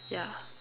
ya